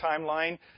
timeline